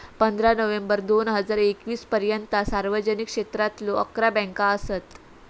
पंधरा नोव्हेंबर दोन हजार एकवीस पर्यंता सार्वजनिक क्षेत्रातलो अकरा बँका असत